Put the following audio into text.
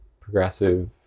progressive